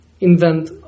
invent